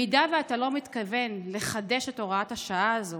אם אתה לא מתכוון לחדש את הוראת השעה הזאת,